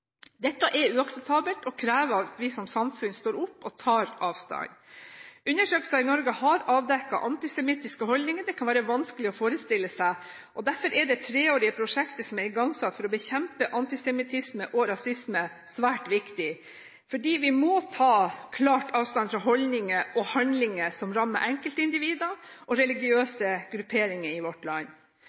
Dette er uakseptabelt og krever at vi som samfunn står opp og tar avstand. Undersøkelser i Norge har avdekket antisemittiske holdninger det kan være vanskelig å forestille seg, og derfor er det treårige prosjektet som er igangsatt for å bekjempe antisemittisme og rasisme, svært viktig. Vi må ta klart avstand fra holdninger og handlinger som rammer enkeltindivider og religiøse grupperinger i vårt land.